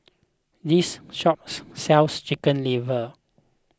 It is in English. this shop sells Chicken Liver